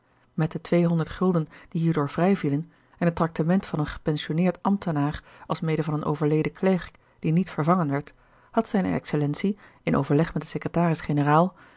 met de twee-honderd gulden die hierdoor vrij vielen en het tractement van een gepensionneerd ambtenaar alsmede van een overleden klerk die niet vervangen werd had zijne excellentie in overleg met den secretarisgeneraal